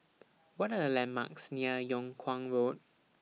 What Are The landmarks near Yung Kuang Road